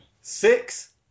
Six